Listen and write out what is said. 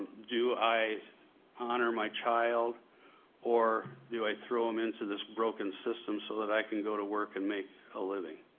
do i honor my child or do i throw him into this broken system so that i can go to work and make a living.